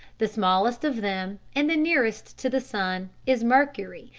the smallest of them, and the nearest to the sun, is mercury,